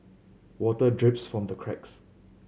water drips from the cracks